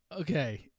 Okay